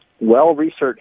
well-researched